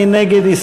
מי נגד?